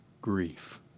grief